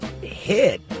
hit –